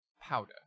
powder